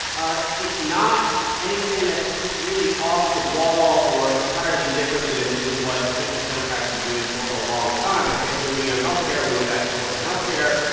ah it's not anything that's really off the wall or entirely different than than what centrist democrats have been doing for a long time, particularly on health care. we went back-and-forth on health care,